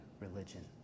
religion